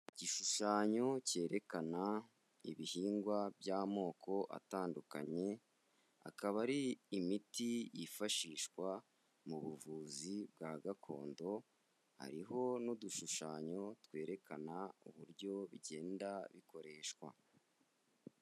Igishushanyo cyerekana ibihingwa by'amoko atandukanye, akaba ari imiti yifashishwa mu buvuzi bwa gakondo, hariho n'udushushanyo twerekana uburyo bigenda bikoreshwa.